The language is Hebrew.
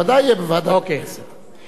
אדוני היושב-ראש,